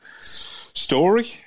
story